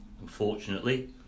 unfortunately